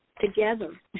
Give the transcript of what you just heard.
together